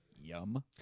yum